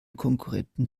konkurrenten